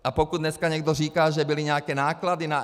A pokud dneska někdo říká, že byly nějaké náklady na EET jaké?